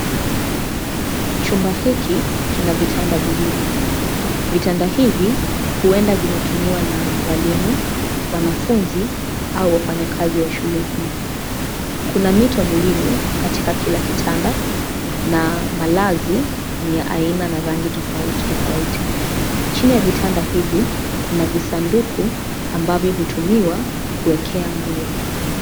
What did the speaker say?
Chumba hiki kina vitanda viwili. Vitanda hivi huenda vinatumiwa na walimu, wanafunzi au wafanyakazi wa shule hii. Kuna mito miwili katika kila kitanda na malazi ni ya aina na rangi tofauti tofauti. Chini ya vitanda hivi kuna visanduku ambavyo hutumiwa kuwekea nguo.